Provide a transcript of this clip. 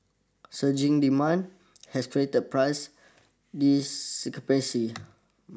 surging demand has created price discrepancy